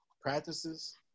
practices